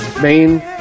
main